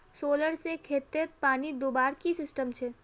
Solar से खेतोत पानी दुबार की सिस्टम छे?